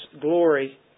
glory